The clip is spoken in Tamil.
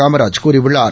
காமராஜ் கூறியுள்ளார்